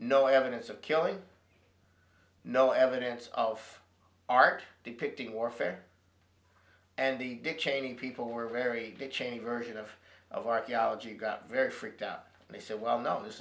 no evidence of killing no evidence of art depicting warfare and dick cheney people were very cheney version of of archaeology very freaked out and they said well no this